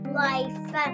life